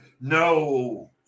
no